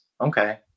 Okay